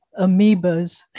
amoebas